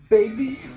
Baby